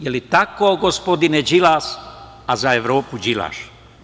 Je li tako, gospodine Đilas, a za Evropu đilaš?